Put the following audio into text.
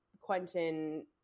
Quentin